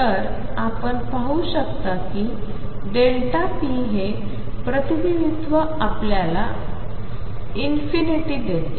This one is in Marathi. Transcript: तर आपण पाहू शकता की p हे प्रतिनिधित्व आपल्याला देते